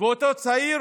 ואותו צעיר